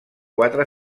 quatre